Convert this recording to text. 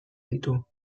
ditu